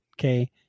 Okay